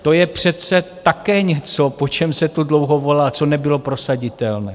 To je přece také něco, po čem se tu dlouho volá, co nebylo prosaditelné.